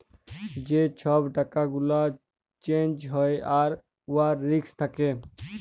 যে ছব টাকা গুলা চ্যাঞ্জ হ্যয় আর উয়ার রিস্ক থ্যাকে